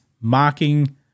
mocking